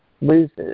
loses